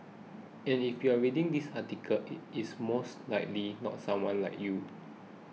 and if you are reading this article it is most likely not someone like you